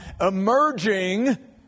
emerging